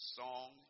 song